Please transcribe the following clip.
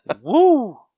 Woo